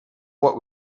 what